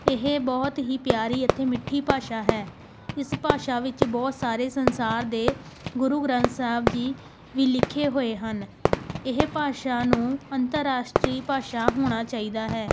ਇਹ ਬਹੁਤ ਹੀ ਪਿਆਰੀ ਅਤੇ ਮਿੱਠੀ ਭਾਸ਼ਾ ਹੈ ਇਸ ਭਾਸ਼ਾ ਵਿੱਚ ਬਹੁਤ ਸਾਰੇ ਸੰਸਾਰ ਦੇ ਗੁਰੂ ਗ੍ਰੰਥ ਸਾਹਿਬ ਜੀ ਵੀ ਲਿਖੇ ਹੋਏ ਹਨ ਇਹ ਭਾਸ਼ਾ ਨੂੰ ਅੰਤਰ ਰਾਸ਼ਟਰੀ ਭਾਸ਼ਾ ਹੋਣਾ ਚਾਹੀਦਾ ਹੈ